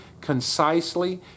concisely